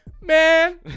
man